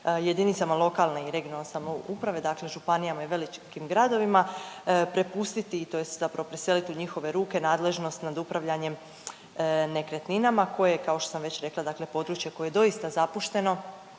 jedinicama lokalne i regionalne samouprave dakle županijama i velikim gradovima prepustiti tj. zapravo preseliti u njihove ruke nadležnost nad upravljanjem nekretninama koje kao što sam već rekla dakle područje koje je doista zapušteno